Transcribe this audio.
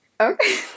Okay